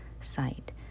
site